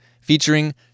featuring